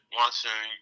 watching